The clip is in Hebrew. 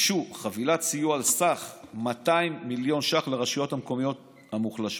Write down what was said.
גיבשו חבילת סיוע על סך 200 מיליון שקלים לרשויות המקומיות המוחלשות.